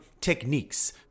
techniques